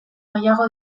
gehiago